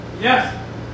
Yes